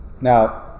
Now